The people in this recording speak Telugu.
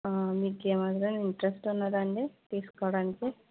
ఆ మీకేమైనా ఇంట్రెస్ట్ ఉన్నదా అండి తీసుకోవడానికి